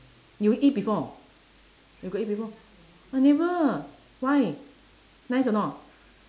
you eat before you got eat before I never why nice or not